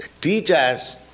teachers